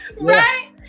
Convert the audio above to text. Right